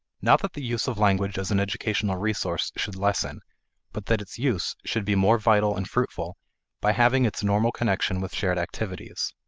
not that the use of language as an educational resource should lessen but that its use should be more vital and fruitful by having its normal connection with shared activities.